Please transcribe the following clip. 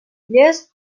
lles